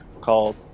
called